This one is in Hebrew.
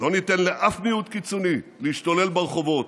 לא ניתן לאף מיעוט קיצוני להשתולל ברחובות.